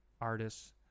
artists